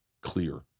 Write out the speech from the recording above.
clear